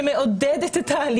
שמעודדת אותה,